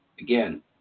again